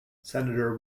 senator